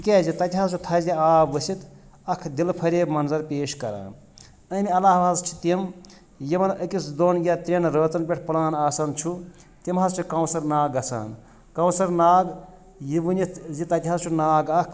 تِکیٛازِ تَتہِ حظ چھُ تھَزِ آب ؤسِتھ اَکھ دِلہٕ فریب منظر پیش کَران امہِ علاوٕ حظ چھِ تِم یِمَن أکِس دۄن یا ترٛیٚن رٲژَن پیٚٹھ پٕلان آسَن چھُ تِم حظ چھِ کونٛثَر ناگ گژھان کونٛثر ناگ یہِ ؤنِتھ زِ تَتہِ حظ چھُ ناگ اَکھ